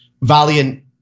Valiant